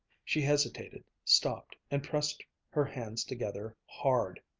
she hesitated, stopped, and pressed her hands together hard.